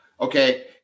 Okay